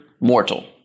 mortal